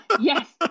yes